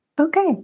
okay